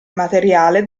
materiale